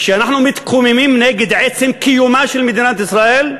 שאנחנו מתקוממים נגד עצם קיומה של מדינת ישראל.